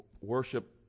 worship